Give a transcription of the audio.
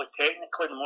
technically